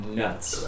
nuts